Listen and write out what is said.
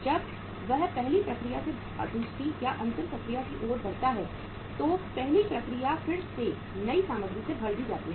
जब यह पहली प्रक्रिया से दूसरी या अंतिम प्रक्रिया की ओर बढ़ता है तो तो पहली प्रक्रिया फिर से नई सामग्री से भर दी जाती है